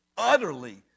utterly